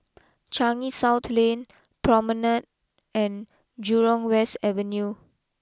Changi South Lane Promenade and Jurong West Avenue